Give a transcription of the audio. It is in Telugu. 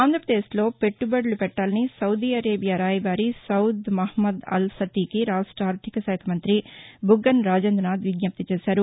ఆంధ్రప్రదేశ్లో పెట్లుబడులు పెట్లాలని సౌదీ అరేబియా రాయబారి సౌద్ మహ్నద్ అల్సతికి రాష్ట ఆర్థిక మంత్రి బుగ్గన రాజేందనాథ్ విజ్ఞప్తి చేశారు